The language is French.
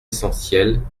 essentiels